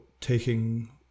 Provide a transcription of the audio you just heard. taking